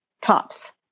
tops